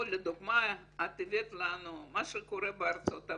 פה, לדוגמה, את הבאת לנו מה שקורה בארצות-הברית.